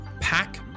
pack